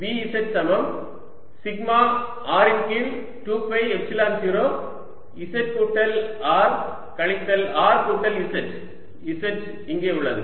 V z சமம் sigma R இன் கீழ் 2 பை எப்சிலன் 0 z கூட்டல் R கழித்தல் R கூட்டல் z z இங்கே உள்ளது